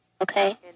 Okay